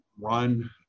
run